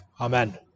Amen